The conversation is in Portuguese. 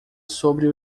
sobre